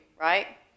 right